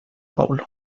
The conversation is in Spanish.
paulo